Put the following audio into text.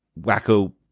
wacko